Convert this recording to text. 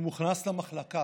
הוא מוכנס למחלקה,